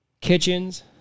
kitchens